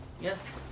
Yes